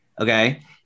Okay